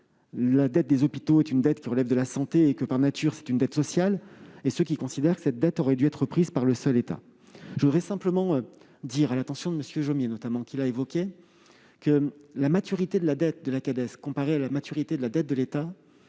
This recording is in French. la dette des hôpitaux est une dette relevant de la santé, donc, par nature, une dette sociale, et ceux qui considèrent que cette dette aurait dû être assumée par le seul État. Je voudrais simplement dire, à l'attention de M. Jomier notamment, qui a évoqué ce point, qu'à comparer la maturité de la dette de la Cades à la maturité de la dette de l'État,